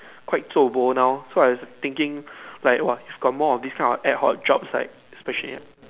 quite zuo bo now so I thinking like what got more of this kind of ad hoc jobs like especially